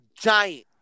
giant